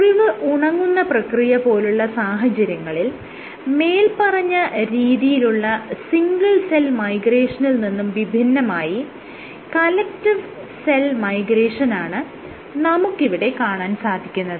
മുറിവ് ഉണങ്ങുന്ന പ്രക്രിയ പോലുള്ള സാഹചര്യങ്ങളിൽ മേല്പറഞ്ഞ രീതിയിലുള്ള സിംഗിൾ സെൽ മൈഗ്രേഷനിൽ നിന്നും വിഭിന്നമായി കലക്ടീവ് സെൽ മൈഗ്രേഷനാണ് നമുക്ക് ഇവിടെ കാണാൻ സാധിക്കുന്നത്